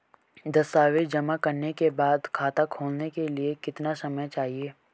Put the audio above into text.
दस्तावेज़ जमा करने के बाद खाता खोलने के लिए कितना समय चाहिए?